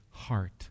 heart